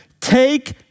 take